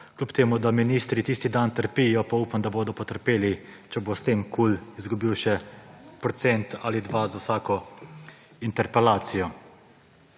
2 %. Čeprav ministri tisti dan trpijo, pa upam, da bodo potrpeli, če bo s tem KUL izgubil še procent ali dva za vsako interpelacijo.